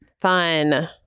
Fun